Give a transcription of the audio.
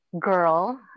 girl